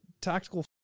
tactical